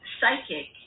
psychic